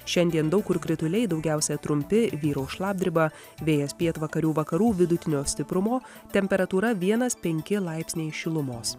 šiandien daug kur krituliai daugiausia trumpi vyraus šlapdriba vėjas pietvakarių vakarų vidutinio stiprumo temperatūra vienas penki laipsniai šilumos